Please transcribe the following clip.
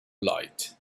light